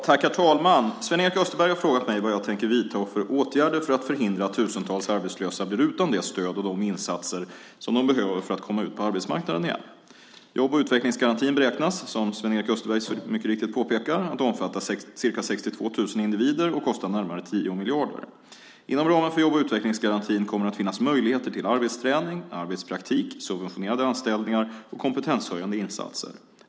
Herr talman! Sven-Erik Österberg har frågat mig vad jag tänker vidta för åtgärder för att förhindra att tusentals arbetslösa blir utan det stöd och de insatser som de behöver för att komma ut på arbetsmarknaden igen. Jobb och utvecklingsgarantin beräknas, som Sven-Erik Österberg mycket riktigt påpekar, omfatta ca 62 000 individer och kosta närmare 10 miljarder. Inom ramen för jobb och utvecklingsgarantin kommer det att finnas möjligheter till arbetsträning, arbetspraktik, subventionerade anställningar och kompetenshöjande insatser.